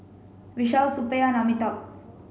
Vishal Suppiah Amitabh